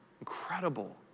Incredible